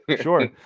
sure